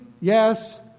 yes